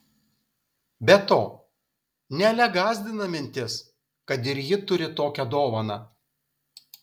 be to nelę gąsdina mintis kad ir ji turi tokią dovaną